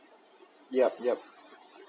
yup yup